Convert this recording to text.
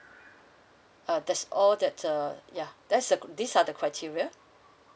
uh that's all that the yeah that's a these are the criteria